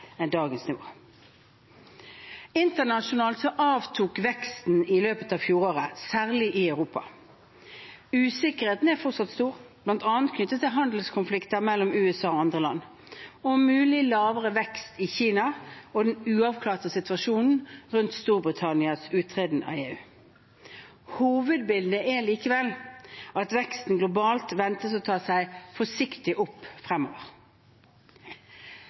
enn dagens nivå. Internasjonalt avtok veksten i løpet av fjoråret, særlig i Europa. Usikkerheten er fortsatt stor, bl.a. knyttet til handelskonflikter mellom USA og andre land, mulig lavere vekst i Kina og den uavklarte situasjonen rundt Storbritannias uttreden av EU. Hovedbildet er likevel at veksten globalt ventes å ta seg forsiktig opp fremover.